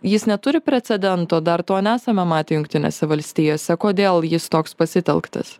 jis neturi precedento dar to nesame matę jungtinėse valstijose kodėl jis toks pasitelktas